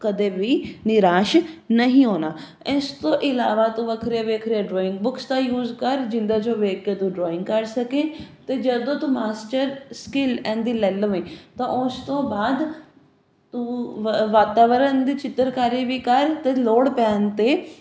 ਕਦੇ ਵੀ ਨਿਰਾਸ਼ ਨਹੀਂ ਹੋਣਾ ਇਸ ਤੋਂ ਇਲਾਵਾ ਤੋਂ ਵੱਖਰੇ ਵੱਖਰੇ ਡਰਾਇੰਗ ਬੁੱਕਸ ਦਾ ਯੂਜ ਕਰ ਜਿੰਦਾ ਜੋ ਵੇਖ ਕੇ ਤੂੰ ਡਰਾਇੰਗ ਕਰ ਸਕੇ ਤੇ ਜਦੋਂ ਤੂੰ ਮਾਸਟਰ ਸਕਿਲ ਇਹਨਦੀ ਲੈ ਲਵੇ ਤਾਂ ਉਸ ਤੋਂ ਬਾਅਦ ਉਹ ਵਾਤਾਵਰਨ ਦੀ ਚਿੱਤਰਕਾਰੀ ਵੀ ਕਰ ਤੇ ਲੋੜ ਪੈਣ ਤੇ